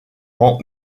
rend